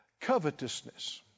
covetousness